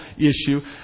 issue